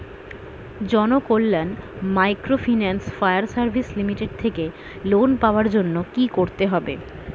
Janakalyan microfinance fire service limited থেকে loan পাওয়ার জন্য কি করতে হবে?